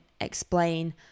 explain